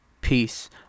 Peace